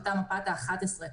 אותה מפת ה-11.